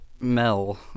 Mel